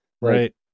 Right